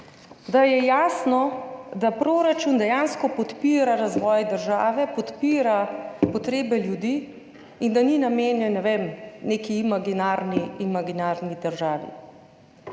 da je jasno, da proračun dejansko podpira razvoj države, podpira potrebe ljudi in da ni namenjen neki imaginarni državi.